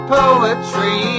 poetry